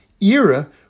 era